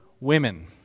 women